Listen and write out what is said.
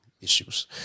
issues